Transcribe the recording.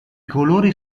colori